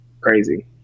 crazy